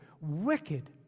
wicked